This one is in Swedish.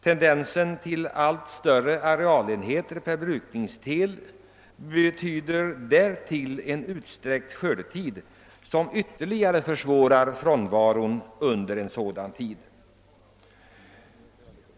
Tendensen till allt större arealenheter per brukningsdel betyder därtill en utsträckt skördetid, som ytterligare försvårar frånvaro under denna tid.